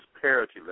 parity